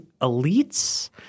elites